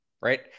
Right